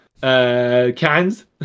Cans